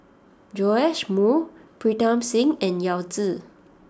Joash Moo Pritam Singh and Yao Zi